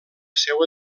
seua